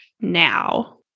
now